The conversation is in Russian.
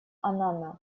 аннана